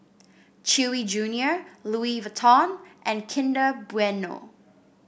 Chewy Junior Louis Vuitton and Kinder Bueno